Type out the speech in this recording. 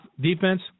defense